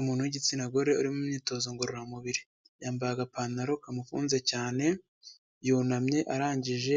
Umuntu w'igitsina gore uri mu myitozo ngororamubiri yambaye agapantaro kamugundiriye cyane, yunamye arangije